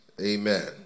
Amen